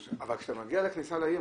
אבל כשאתה מגיע לכניסה לעיר,